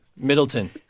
Middleton